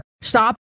Stop